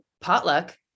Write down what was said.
potluck